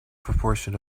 proportion